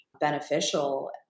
beneficial